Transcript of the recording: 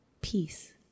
peace